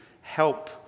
help